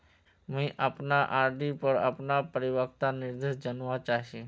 मुई अपना आर.डी पोर अपना परिपक्वता निर्देश जानवा चहची